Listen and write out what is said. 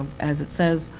as it says,